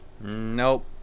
nope